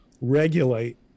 regulate